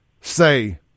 say